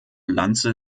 lanze